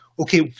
okay